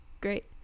great